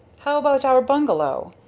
how about our bungalow?